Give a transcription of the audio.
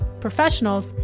professionals